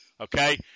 Okay